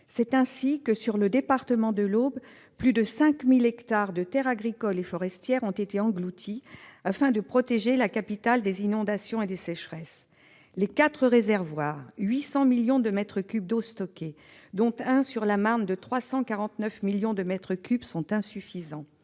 C'est ainsi que, sur le département de l'Aube, plus de 5 000 hectares de terres agricoles et forestières ont été engloutis, afin de protéger la capitale des inondations et des sécheresses. Les quatre réservoirs- 800 millions de mètres cubes d'eau stockés -, dont un sur la Marne, de 349 millions de mètres cubes, sont insuffisants.